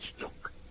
Look